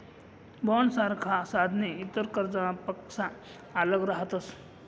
बॉण्डसारखा साधने इतर कर्जनापक्सा आल्लग रहातस